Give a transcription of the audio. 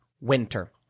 winter